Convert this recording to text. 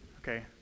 okay